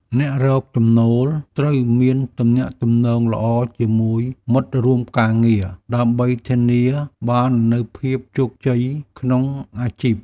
អ្នករកចំណូលត្រូវមានទំនាក់ទំនងល្អជាមួយមិត្តរួមការងារ ដើម្បីធានាបាននូវភាពជោគជ័យក្នុងអាជីព។